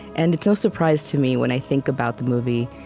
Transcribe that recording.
and it's no surprise to me, when i think about the movie,